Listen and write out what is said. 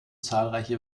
zahlreiche